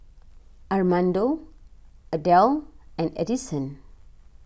Armando Adell and Addison